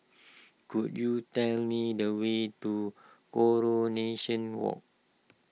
could you tell me the way to Coronation Walk